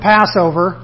Passover